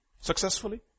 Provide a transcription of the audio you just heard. successfully